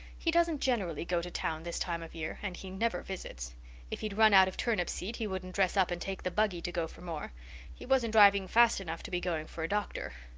he doesn't generally go to town this time of year and he never visits if he'd run out of turnip seed he wouldn't dress up and take the buggy to go for more he wasn't driving fast enough to be going for a doctor.